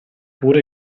pure